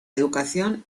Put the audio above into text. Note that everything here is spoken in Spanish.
educación